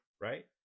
right